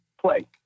play